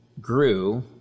grew